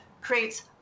creates